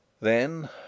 Then